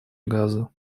газы